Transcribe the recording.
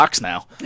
now